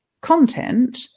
content